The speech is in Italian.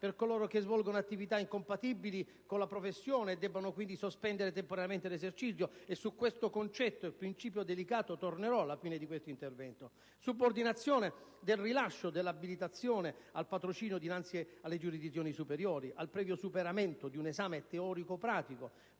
per coloro che svolgano attività incompatibili con la professione e debbano quindi sospenderne temporaneamente l'esercizio (principio delicato sul quale tornerò alla fine di questo intervento); subordinazione del rilascio dell'abilitazione al patrocinio dinanzi alle giurisdizioni superiori al previo superamento di un esame teorico e pratico,